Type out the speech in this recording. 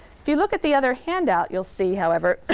if you look at the other handout, you'll see, however,